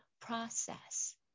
process